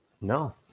No